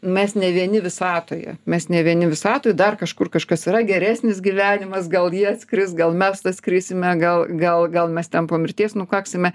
mes ne vieni visatoje mes ne vieni visatoj dar kažkur kažkas yra geresnis gyvenimas gal jie atskris gal mes atskrisime gal gal gal mes ten po mirties nukaksime